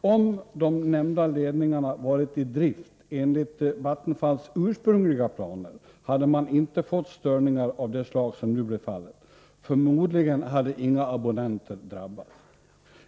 Om de nämnda ledningarna varit i drift enligt Vattenfalls ursprungliga planer, hade man inte fått störningar av det slag som nu blev fallet. Förmodligen hade inga abonnenter drabbats.